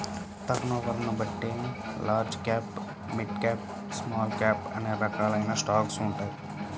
టర్నోవర్ని బట్టి large cap, mid cap, small cap అనే రకాలైన స్టాక్స్ ఉంటాయి